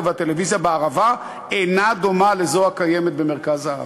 והטלוויזיה בערבה אינה דומה לזו הקיימת במרכז הארץ.